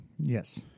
Yes